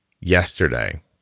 yesterday